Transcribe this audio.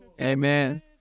Amen